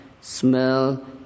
smell